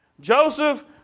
Joseph